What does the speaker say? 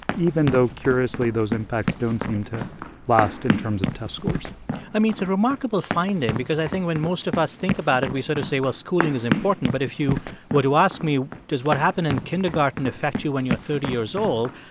even though, curiously, those impacts don't seem to last in terms of test scores i mean, it's a remarkable finding because i think when most of us think about it, we sort of say, well, schooling is important. but if you were to ask me, does what happen in kindergarten affect you when you're thirty years old?